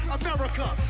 America